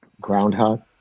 Groundhog